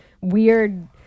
weird